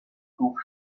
groove